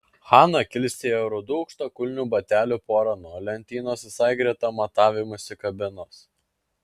hana kilstelėjo rudų aukštakulnių batelių porą nuo lentynos visai greta matavimosi kabinos